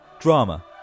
Drama